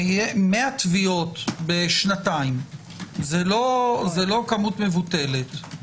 100 תביעות בשנתיים זה לא כמות מבוטלת.